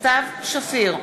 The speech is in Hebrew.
סתיו שפיר,